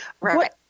Right